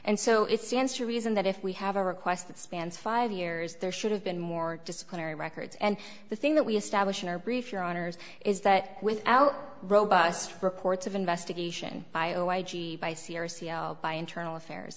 and so it stands to reason that if we have a request that spans five years there should have been more disciplinary records and the thing that we establish in our brief your honour's is that with robust reports of investigation by i g by c r c by internal affairs